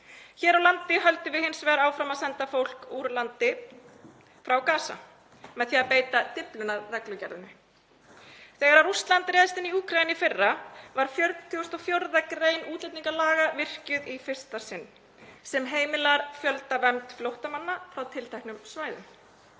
Hér á landi höldum við hins vegar áfram að senda fólk frá Gaza úr landi með því að beita Dyflinnarreglugerðinni. Þegar Rússland réðst inn í Úkraínu í fyrra var 44. gr. útlendingalaga virkjuð í fyrsta sinn sem heimilar fjöldavernd flóttamanna frá tilteknum svæðum.